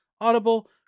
audible